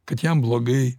kad jam blogai